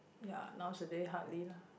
ya nowadays hardly lah